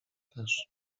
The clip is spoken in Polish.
też